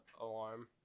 alarm